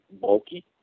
bulky